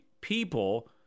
people